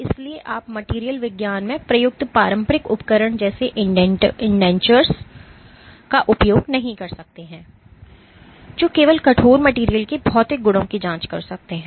इसलिए आप मटेरियल विज्ञान में प्रयुक्त पारंपरिक उपकरण जैसे इंडेंटर्स का उपयोग नहीं कर सकते हैं जो केवल कठोर मटेरियल के भौतिक गुणों की जांच कर सकते हैं